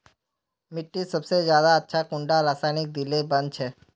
मिट्टी सबसे ज्यादा अच्छा कुंडा रासायनिक दिले बन छै?